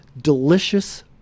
delicious